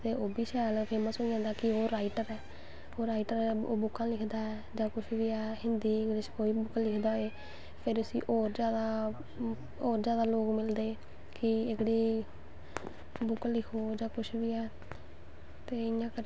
ते लेड़िस बी सी ओड़दियां जैंन्टस बिच्च करदे ऐ बंदे बि हर कम्म एह् नी कि इक कम्म पिच्छें पेई रौह्नां कि में कम्म एह् नेंई थ्होआ ते में दुआ करनां गै नेंईं फैशन डिज़ाईनिंग दा जेह्ड़ा कपड़ें दा कम्म ऐ बड़ा अच्छा कम्म ऐ करनां चाही दा बंदे नै